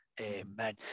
amen